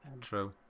True